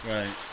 Right